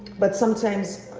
but sometimes,